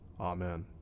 Amen